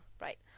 Right